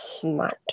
smart